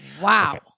Wow